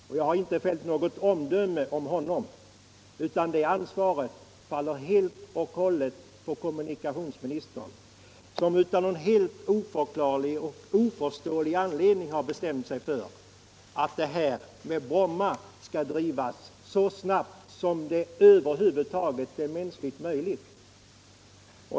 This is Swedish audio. Jag har heller inte fällt något omdöme om honom, utan ansvaret faller helt och hållet på kommunikationsministern, som av någon helt oförklarlig och oförståelig anledning har bestämt sig för att frågan om Bromma skall drivas så snabbt som det över huvud taget är mänskligt möjligt.